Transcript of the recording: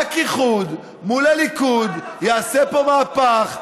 רק איחוד מול הליכוד יעשה פה מהפך,